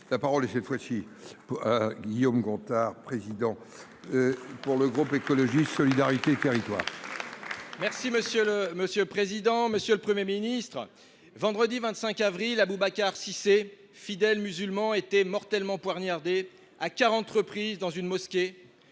La parole est cette fois-ci à Guillaume Gontard, Président pour le groupe écologiste Solidarité et territoire. Merci Monsieur le Président, Monsieur le Premier Ministre. Vendredi 25 avril, à Boubacar-Sisset, fidèles musulmans étaient mortellement poignardés à 40 reprises dans une mosquée